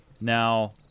Now